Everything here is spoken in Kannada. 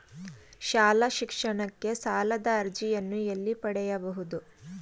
ಶಾಲಾ ಶಿಕ್ಷಣಕ್ಕೆ ಸಾಲದ ಅರ್ಜಿಯನ್ನು ಎಲ್ಲಿ ಪಡೆಯಬಹುದು?